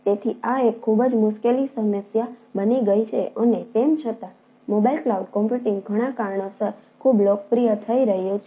તેથી આ એક ખૂબ જ મુશ્કેલ સમસ્યા બની ગઈ છે અને તેમ છતાં મોબાઇલ ક્લાઉડ કમ્પ્યુટિંગ ઘણા કારણોસર ખૂબ લોકપ્રિય થઈ રહ્યું છે